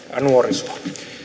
nuorisoa